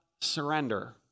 surrender